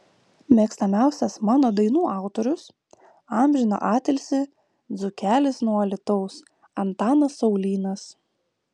mėgstamiausias mano dainų autorius amžiną atilsį dzūkelis nuo alytaus antanas saulynas